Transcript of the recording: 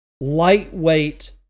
Lightweight